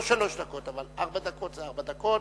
לא שלוש דקות, אבל ארבע דקות זה ארבע דקות.